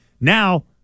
Now